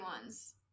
ones